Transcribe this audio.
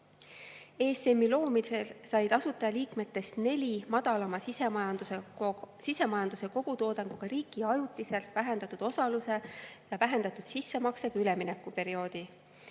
loomisel said asutajaliikmetest neli madalama sisemajanduse kogutoodanguga riiki ajutiselt vähendatud osaluse ja vähendatud sissemaksega üleminekuperioodi.